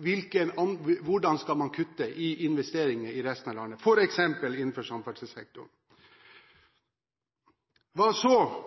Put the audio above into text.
hvordan man skal kutte i investeringer i resten av landet, f.eks. innenfor samferdselssektoren. Hva så